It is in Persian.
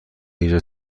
ایجاد